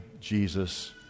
Jesus